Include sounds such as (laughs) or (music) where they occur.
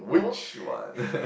which one (laughs)